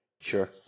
Sure